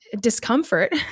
discomfort